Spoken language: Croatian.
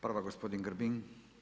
Prva gospodin Grbin.